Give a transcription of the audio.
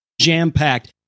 jam-packed